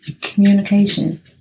communication